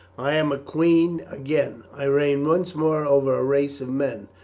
i am a queen again i reign once more over a race of men.